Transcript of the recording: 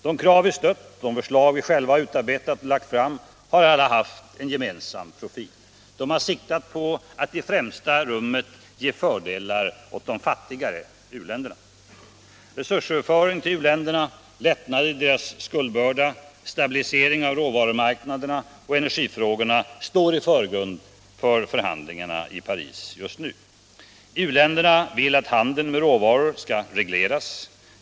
De krav som vi stött och de förslag vi själva utarbetat och lagt fram har alla haft en gemensam profil: de har siktat på att i främsta rummet ge fördelar åt de fattigare u-länderna. Resursöverföring till u-länderna, lättnader i deras skuldbörda, stabilisering av råvarumarknaderna och energifrågorna står i förgrunden för förhandlingarna i Paris just nu. U-länderna vill att handeln med råvaror skall regleras.